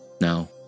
Now